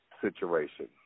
situation